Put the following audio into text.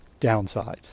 downsides